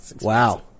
Wow